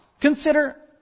Consider